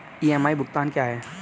EMI भुगतान क्या है?